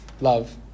love